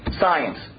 science